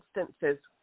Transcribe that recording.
instances